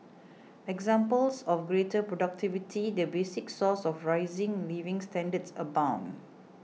examples of greater productivity the basic source of rising living standards abound